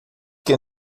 que